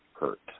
hurt